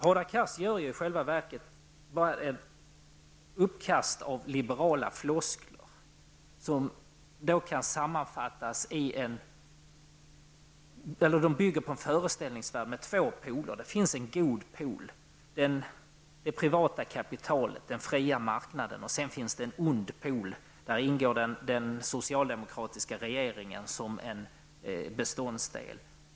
Vad Hadar Cars säger är i själva verket ett uppkast av liberala floskler som bygger på en föreställningsvärld som har två poler: en god pol -- det privata kapitalet och den fria marknaden -- och en ond pol, där den socialdemokratiska regeringen ingår som en beståndsdel.